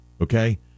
okay